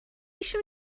eisiau